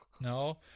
no